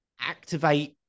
activate